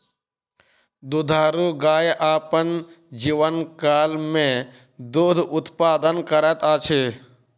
दुधारू गाय अपन जीवनकाल मे दूध उत्पादन करैत अछि